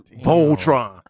Voltron